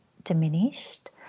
diminished